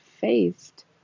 faced